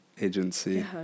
agency